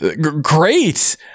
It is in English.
Great